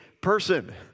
person